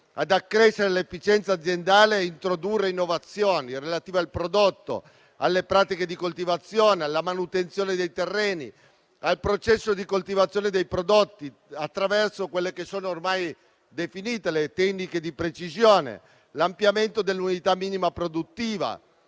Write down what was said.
ad accrescere l'efficienza aziendale e a introdurre innovazioni relative al prodotto, alle pratiche di coltivazione, alla manutenzione dei terreni, al processo di coltivazione dei prodotti, attraverso quelle che sono ormai definite le tecniche di precisione, l'ampliamento dell'unità minima produttiva,